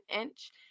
inch